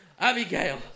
Abigail